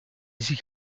sich